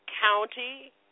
County